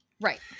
Right